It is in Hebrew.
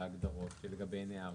בהגדרות שלגביהן הערנו.